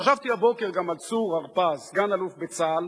חשבתי הבוקר גם על צור הרפז, סגן-אלוף בצה"ל,